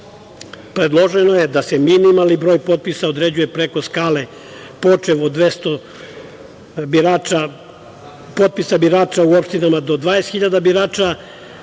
broja. Predloženo je da se minimalni broj potpisa određuje preko skale počev od 200 potpisa birača u opštinama do 20 hiljada birača,